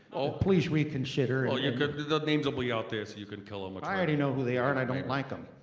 oh, please reconsider. your good names i'll be out there so you can kill them. ah i already know who they are and i donit like them.